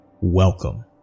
Welcome